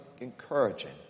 encouraging